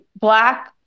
Black